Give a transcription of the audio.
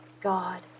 God